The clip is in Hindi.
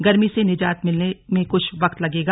गर्मी से निजात मिलने में कुछ वक्त लगेगा